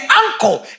uncle